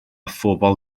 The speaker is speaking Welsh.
phobl